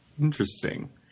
Interesting